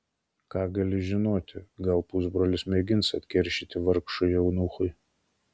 ką gali žinoti gal pusbrolis mėgins atkeršyti vargšui eunuchui